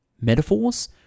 metaphors